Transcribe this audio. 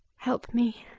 help me!